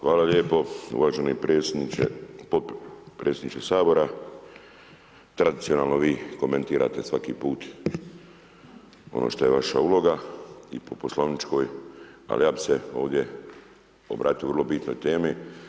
Hvala lijepo uvaženi potpredsjedniče Sabora, tradicionalno vi komentirate svaki put ono što je vaša uloga i po poslovničkoj ali ja bih se ovdje obratio o vrlo bitnoj temi.